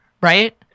right